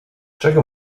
czego